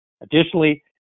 Additionally